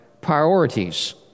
priorities